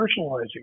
personalizing